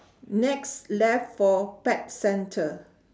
next left four pet centre